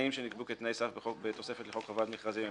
התנאים שנקבעו כתנאי סף בתוספת לחוק חובת מכרזים הם